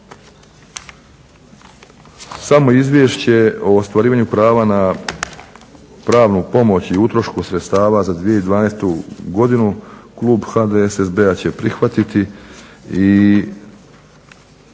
Samo Izvješće o ostvarivanju prava na pravnu pomoć i utrošku sredstava za 2012. godinu klub HDSSB-a će prihvatiti